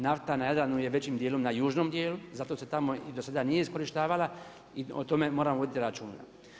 Nafta na Jadranu je većim dijelom na južnom dijelu, zato se tamo do sada i nije iskorištavala i o tome moramo voditi računa.